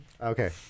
Okay